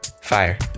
fire